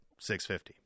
650